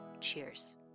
cheers